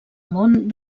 món